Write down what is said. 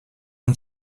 اون